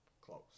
close